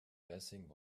blessing